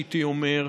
הייתי אומר,